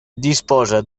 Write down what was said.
disposa